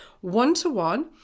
one-to-one